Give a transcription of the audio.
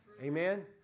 Amen